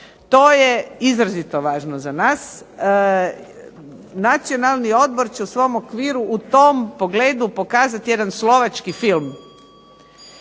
To je izrazito važno za nas. Nacionalni odbor će u svom okviru u tom pogledu pokazat jedan slovački film